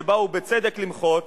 שבאו בצדק למחות